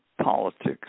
politics